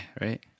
Right